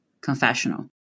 confessional